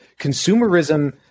consumerism